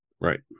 Right